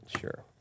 sure